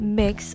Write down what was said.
mix